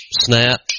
snap